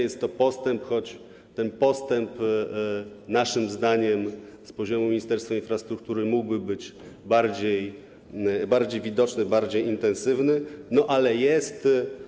Jest to postęp, choć ten postęp naszym zdaniem, z poziomu Ministerstwa Infrastruktury, mógłby być bardziej widoczny, bardziej intensywny, ale jest.